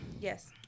Yes